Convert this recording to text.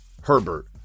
Herbert